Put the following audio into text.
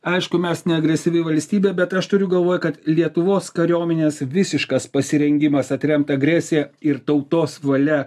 aišku mes ne agresyvi valstybė bet aš turiu galvoj kad lietuvos kariuomenės visiškas pasirengimas atremt agresiją ir tautos valia